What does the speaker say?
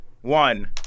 One